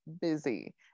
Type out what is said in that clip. busy